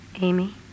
Amy